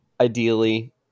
ideally